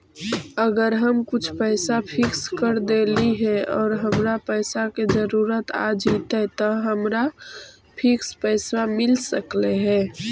अगर हम कुछ पैसा फिक्स कर देली हे और हमरा पैसा के जरुरत आ जितै त का हमरा फिक्स पैसबा मिल सकले हे?